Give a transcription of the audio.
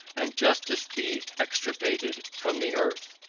and justice be extirpated from the earth,